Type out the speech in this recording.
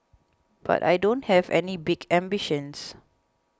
but I don't have any big ambitions